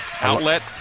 Outlet